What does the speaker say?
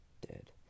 dead